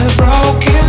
broken